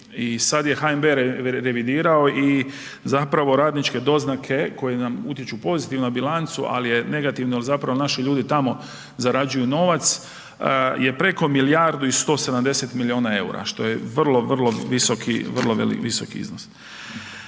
sad je HNB revidirao i zapravo radničke doznake koje nam utječu pozitivno na bilancu, ali je negativno zapravo jer naši ljudi tamo zarađuju novac je preko milijardu i 170 miliona EUR-a što je vrlo, vrlo visoki iznos.